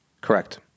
Correct